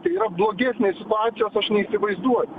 tai yra blogesnės situacijos aš neįsivaizduoju